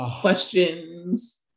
questions